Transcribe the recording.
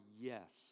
yes